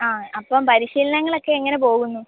ആ അപ്പോൾ പരിശീലനങ്ങളൊക്കെ എങ്ങനെ പോകുന്നു